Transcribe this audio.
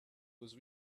was